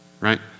right